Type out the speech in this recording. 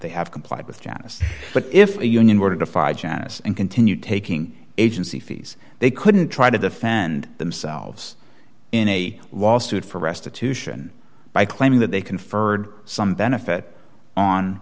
they have complied with janice but if a union were to fire janice and continue taking agency fees they couldn't try to defend themselves in a lawsuit for restitution by claiming that they conferred some benefit on